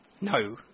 no